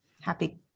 happy